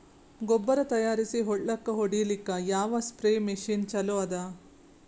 ಗೊಬ್ಬರ ತಯಾರಿಸಿ ಹೊಳ್ಳಕ ಹೊಡೇಲ್ಲಿಕ ಯಾವ ಸ್ಪ್ರಯ್ ಮಷಿನ್ ಚಲೋ ಅದ?